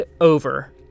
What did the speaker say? over